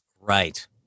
right